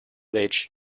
village